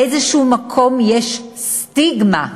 באיזשהו מקום יש סטיגמה,